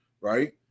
right